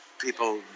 people